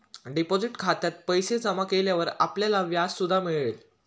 deposit खात्यात पैसे जमा केल्यावर आपल्याला व्याज सुद्धा मिळेल